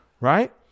Right